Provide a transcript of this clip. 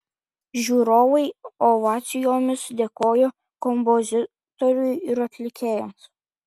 žiūrovai ovacijomis dėkojo kompozitoriui ir atlikėjams